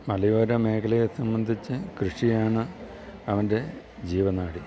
മലയോര മേഖലയെ സംബന്ധിച്ചു കൃഷിയാണ് അവൻ്റെ ജീവനാഡി